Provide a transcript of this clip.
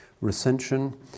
recension